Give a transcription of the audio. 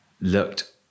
looked